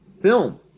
film